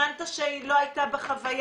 "הבנת שהיא לא הייתה בחוויה?",